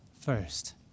first